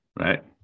Right